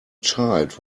child